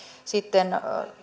sitten